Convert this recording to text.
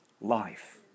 life